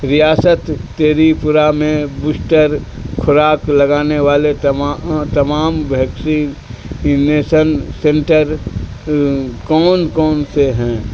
ریاست تریپورہ میں بوسٹر خوراک لگانے والے تمام بھیکسینسن سنٹر کون کون سے ہیں